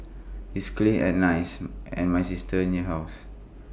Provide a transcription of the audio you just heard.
it's clean and nice and my sister near house